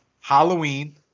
Halloween